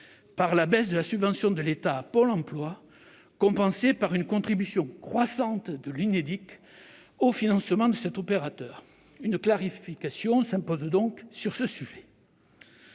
de la baisse de la subvention de l'État à Pôle emploi, compensée par une contribution croissante de l'Unédic au financement de cet opérateur. Une clarification s'impose sur ce sujet.